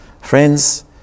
Friends